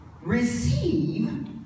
receive